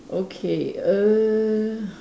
okay err